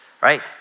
right